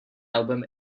album